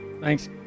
Thanks